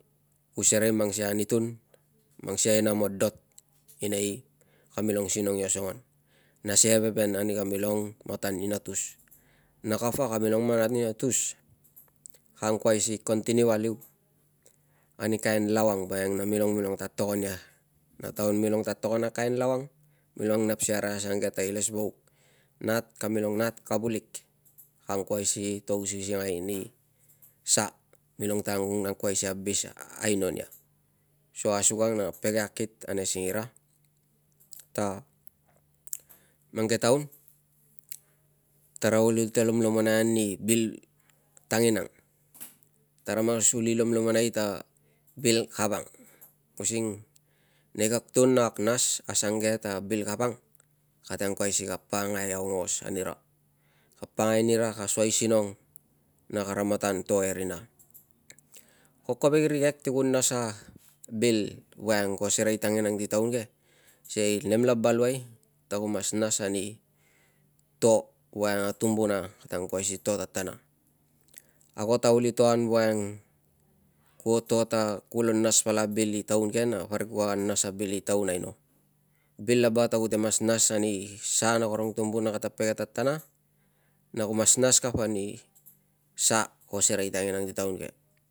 Ku sere a mang siei a anutan, aina madot inei kamilong sinong i osangan. na si aveven ani kamilong matan inatus. Na kapa ka milong matan inatus ka ankoi si kon tinue aliu ani kain iau ang voiang namilong ta atogon ia na taun milong ta togon a kain lavang iles vauk kamilol nat, kavulik ka angkoi si to ausingal ani sa milong t angkol si to ausinga ni sa nilong ta angkoi si abis aino ria. So asugang no pege akit ane singira ta mang ke taun taroi ta li lomlomon tari bil tangirang tara mas lomlomon ta bill kavang using nei kag tun na kag nas asang ke ta bil kavang kapa angkol si pakangai aungas nira ka pakangai nira ka soi sinang na kara matan to erina ko kovek irikek ti ku nas bil ko serei tanginang si taun ke sei bil laba ta ku mas nas ani to voiang a tumbuna katang kuai a to itaun tangiang bil laba ta ku mas nas ani sa karung tumbuna kata toai ania.